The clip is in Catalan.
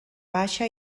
baixa